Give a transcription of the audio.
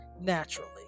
naturally